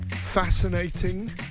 fascinating